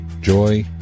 joy